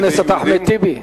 חבר הכנסת אחמד טיבי,